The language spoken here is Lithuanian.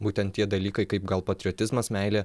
būtent tie dalykai kaip gal patriotizmas meilė